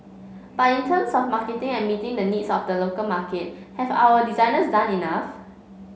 but in terms of marketing and meeting the needs of the local market have our designers done enough